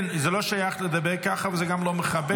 כן, זה לא שייך לדבר ככה וזה גם לא מכבד.